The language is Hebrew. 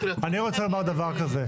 אני רוצה לומר דבר כזה.